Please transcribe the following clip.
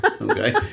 Okay